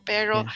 Pero